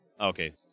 Okay